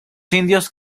indios